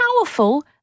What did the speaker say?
powerful